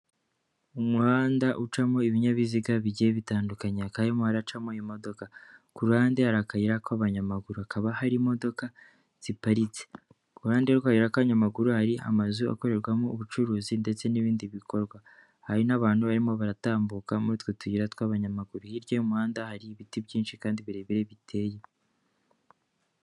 Umuhanda ucamo ibinyabiziga bigiye bitandukanye, hakaba harimo hararacamo imodoka. Ku ruhande hari akayira k'abanyamaguru, hakaba hari imodoka ziparitse. ku ruhande rw'akayira k'abanyamaguru hari amazu akorerwamo ubucuruzi ndetse n'ibindi bikorwa, hari n'abantu barimo baratambuka muri utwo tuyira tw'abanyamaguru. Hirya y'umuhanda hari ibiti byinshi kandi birebire biteye.